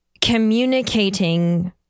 communicating